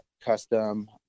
custom